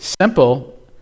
simple